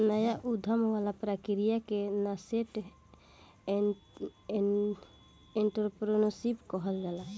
नाया उधम वाला प्रक्रिया के नासेंट एंटरप्रेन्योरशिप कहल जाला